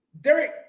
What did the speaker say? Derek